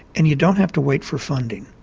and you don't have to wait for funding,